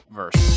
verse